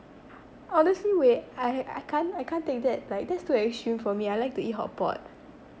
honestly wait I I can't I can't take that like that's too extreme for me I like to eat hotpot